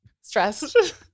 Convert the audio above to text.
stressed